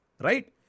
right